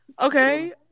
Okay